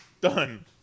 Done